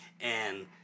and-